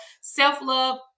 self-love